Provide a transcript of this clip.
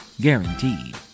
Guaranteed